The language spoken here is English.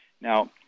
Now